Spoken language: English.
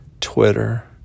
Twitter